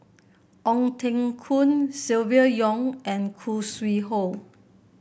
Ong Teng Koon Silvia Yong and Khoo Sui Hoe